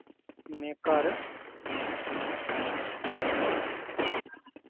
मैं घर